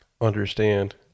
understand